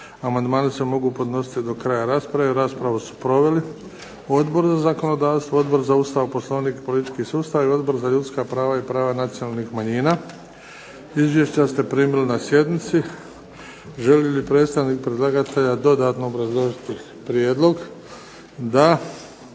amandmani se mogu podnositi do kraja rasprave. Rasprave su proveli Odbor za zakonodavstvo, Odbor za Poslovnik i politički sustav i Odbor za ljudska prava i prava nacionalnih manjina. Izvješća ste primili na sjednici. Želi li predstavnik predlagatelja dodatno obrazložiti prijedlog? DA.